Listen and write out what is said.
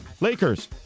Lakers